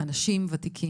אלף אנשים ותיקים,